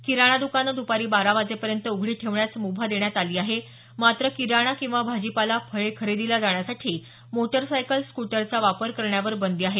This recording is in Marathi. किराणा द्कानं दुपारी बारा वाजेपर्यंत उघडी ठेवण्यास मुभा देण्यात आली आहे मात्र किराणा किंवा भाजीपाला फळे खरेदीला जाण्यासाठी मोटारसायकल स्कुटरचा वापर करण्यावर बंदी आहे